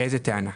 איזו טענה?